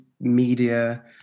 Media